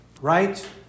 Right